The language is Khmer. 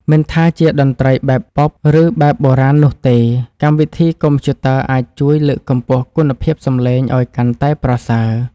មិនថាជាតន្ត្រីបែបប៉ុប ឬ បែបបុរាណនោះទេ កម្មវិធីកុំព្យូទ័រអាចជួយលើកកម្ពស់គុណភាពសំឡេងឱ្យកាន់តែប្រសើរ។